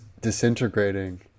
disintegrating